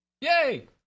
Yay